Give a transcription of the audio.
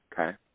Okay